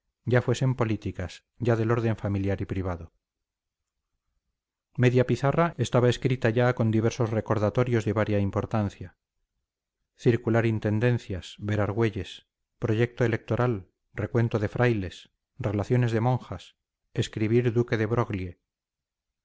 ya fuesen políticas ya del orden familiar y privado media pizarra estaba escrita ya con diversos recordatorios de varia importancia circular intendencias ver argüelles proyecto electoral recuento de frailes relaciones de monjas escribir duque de